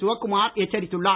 சிவக்குமார் எச்சரித்துள்ளார்